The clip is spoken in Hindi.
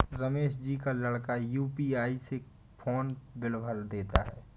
रमेश जी का लड़का यू.पी.आई से फोन बिल भर देता है